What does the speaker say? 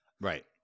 Right